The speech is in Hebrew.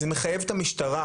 זה מחייב את המשטרה,